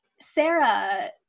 Sarah